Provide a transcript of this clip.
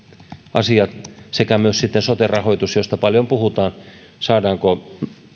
asiat sekä myös sitten sote rahoitus josta paljon puhutaan saadaanko